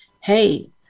hey